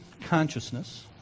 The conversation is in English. consciousness